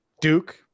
Duke